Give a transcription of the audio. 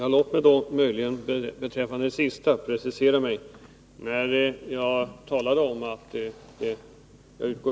Herr talman! Låt mig precisera mig beträffande det sistnämnda.